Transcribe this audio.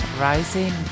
Rising